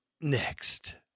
next